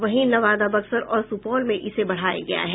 वहीं नवादा बक्सर और सुपौल में इसे बढ़ाया गया है